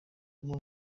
mbuga